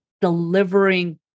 delivering